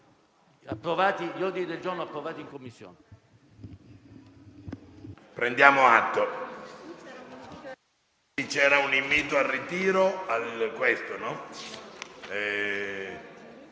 gli ordini del giorno approvati in Commissione,